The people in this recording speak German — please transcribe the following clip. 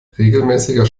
regelmäßiger